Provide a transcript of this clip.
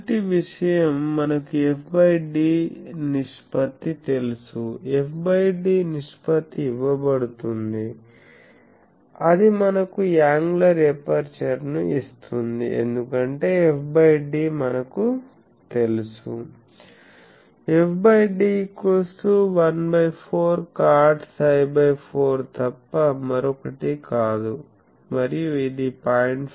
మొదటి విషయం మనకు f d నిష్పత్తి తెలుసు f d నిష్పత్తి ఇవ్వబడుతుంది అది మనకు యాంగులర్ ఎపర్చర్ను ఇస్తుంది ఎందుకంటే f d మనకు తెలుసు fd14cotψ4 తప్ప మరొకటి కాదు మరియు ఇది 0